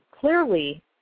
clearly